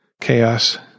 chaos